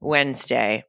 Wednesday